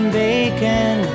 bacon